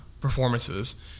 performances